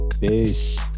peace